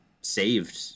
saved